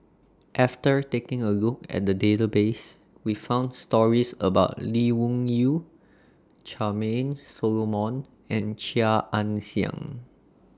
after taking A Look At The Database We found stories about Lee Wung Yew Charmaine Solomon and Chia Ann Siang